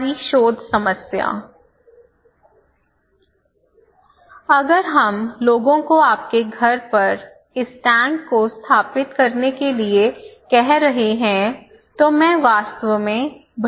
हमारी शोध समस्या अगर हम लोगों को आपके घर पर इस टैंक को स्थापित करने के लिए कह रहे हैं तो मैं वास्तव में भ्रमित हूं